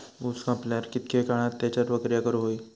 ऊस कापल्यार कितके काळात त्याच्यार प्रक्रिया करू होई?